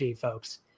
folks